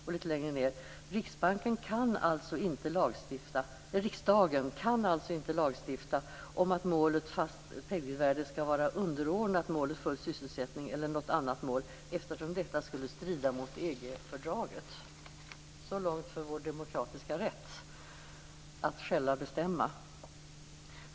Och litet längre ned: "Riksdagen kan alltså inte lagstifta om att målet ett fast penningvärde skall vara underordnat målet full sysselsättning eller något annat mål, eftersom detta skulle strida mot EG fördraget." Så långt om vår demokratiska rätt att själva bestämma.